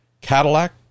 Cadillac